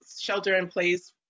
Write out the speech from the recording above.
shelter-in-place